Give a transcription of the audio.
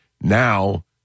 Now